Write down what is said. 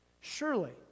Surely